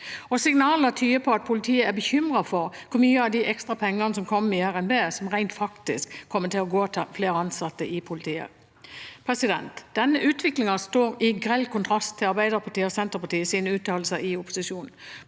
Signaler tyder på at politiet er bekymret for hvor mye av de ekstra pengene som kommer i revidert nasjonalbudsjett som rent faktisk kommer til å gå til flere ansatte i politiet. Denne utviklingen står i grell kontrast til Arbeiderpartiet og Senterpartiets uttalelser i opposisjon.